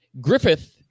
Griffith